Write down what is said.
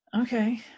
Okay